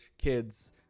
kids